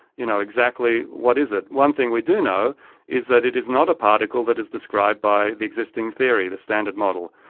you know exactly what is it? one thing we do know is that it is not a particle that is described by the existing theory, the standard model.